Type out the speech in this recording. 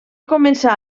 començar